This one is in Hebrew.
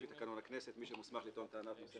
לפי תקנון הכנסת מי שמוסמך לטעון טענת נושא